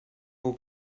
aux